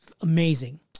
Amazing